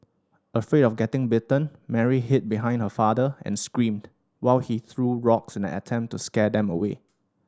afraid of getting bitten Mary hid behind her father and screamed while he threw rocks in an attempt to scare them away